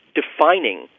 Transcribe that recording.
defining